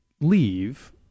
leave